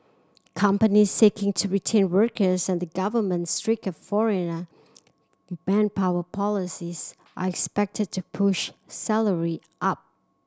companies seeking to retain workers and the government's stricter foreigner manpower policies are expected to push salary up